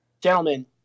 Gentlemen